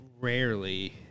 rarely